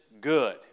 good